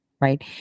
right